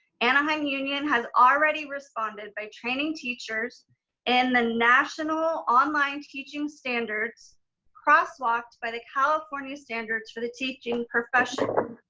anaheim union has already responded by training teachers in the national online teaching standards crosswalked by the california standards for the teaching profession,